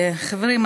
חברים,